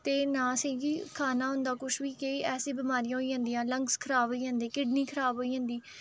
ते ना असें गी खाना होंदा कुछ बी केईं ऐसियां बमारियां होई जंदियां लंग्स खराब होई जंदे किडनी खराब होई जंदी